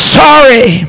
sorry